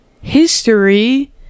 history